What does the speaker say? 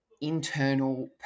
internal